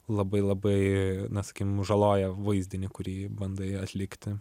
labai labai na sakykim žaloja vaizdinį kurį bandai atlikti